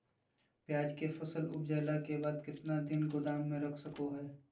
प्याज के फसल उपजला के बाद कितना दिन गोदाम में रख सको हय?